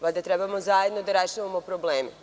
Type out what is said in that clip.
Valjda trebamo zajedno da rešavamo probleme.